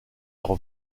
leur